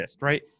right